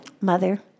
Mother